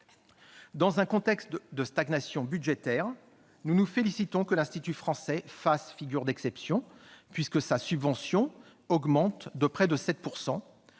Dans un contexte de stagnation budgétaire, nous nous félicitons que l'Institut français fasse figure d'exception, puisque sa subvention augmente de près de 7 %.